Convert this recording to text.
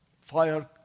fire